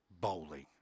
Bowling